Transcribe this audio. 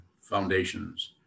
foundations